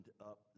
up